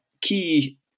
key